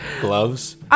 gloves